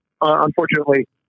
unfortunately